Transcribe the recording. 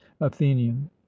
athenian